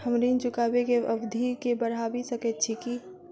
हम ऋण चुकाबै केँ अवधि केँ बढ़ाबी सकैत छी की?